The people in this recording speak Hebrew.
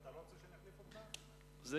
לא,